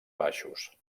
baixos